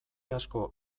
asko